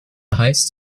heißt